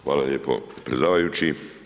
Hvala lijepo predsjedavajući.